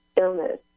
illness